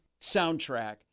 soundtrack